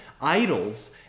idols